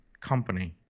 company